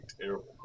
terrible